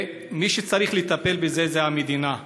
מי שצריך לטפל בזה זה המדינה,